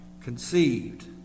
conceived